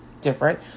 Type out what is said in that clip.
different